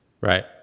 Right